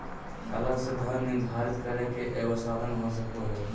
अलग से धन निर्धारित करे के एगो साधन हो सको हइ